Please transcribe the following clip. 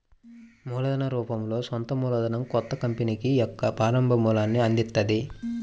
మూలధన రూపంలో సొంత మూలధనం కొత్త కంపెనీకి యొక్క ప్రారంభ మూలాన్ని అందిత్తది